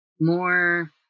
more